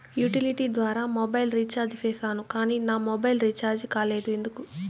Utility ద్వారా mobile recharge సేసాను కానీ నా మొబైల్ రీచార్జి కాలేదు ఎందుకు?